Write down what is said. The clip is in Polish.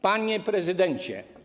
Panie Prezydencie!